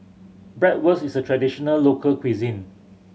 bratwurst is a traditional local cuisine